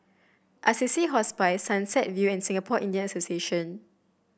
Assisi Hospice Sunset View and Singapore Indian Association